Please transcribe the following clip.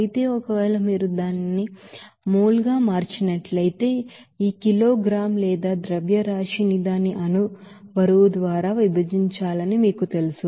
అయితే ఒకవేళ మీరు దానిని మోల్ గా మార్చినట్లయితే ఈ కిగ్రా లేదా మాస్ ని దాని మోలెకులర్ వెయిట్ ద్వారా విభజించాలని మీకు తెలుసు